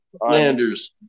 Landers